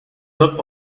not